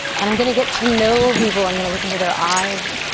and i'm gonna get to know people. i'm gonna look into their eyes.